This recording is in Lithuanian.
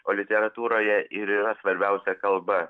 o literatūroje ir yra svarbiausia kalba